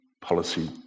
policy